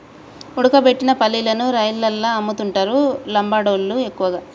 ఉడకబెట్టిన పల్లీలను రైలల్ల అమ్ముతుంటరు లంబాడోళ్ళళ్లు ఎక్కువగా